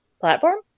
platform